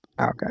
Okay